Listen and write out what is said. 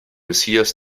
messias